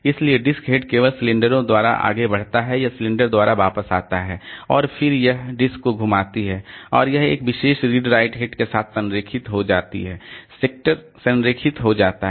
इसलिए disk head केवल सिलेंडरों द्वारा आगे बढ़ता है या सिलेंडर द्वारा वापस आता है और फिर यह डिस्क को घुमाती है और यह एक विशेष रीड राइट हेड के साथ संरेखित हो जाती है सेक्टर संरेखित हो जाता है